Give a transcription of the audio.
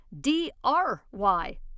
D-R-Y